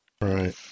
Right